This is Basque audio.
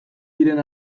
diren